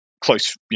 close